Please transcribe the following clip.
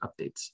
updates